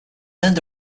earned